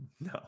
No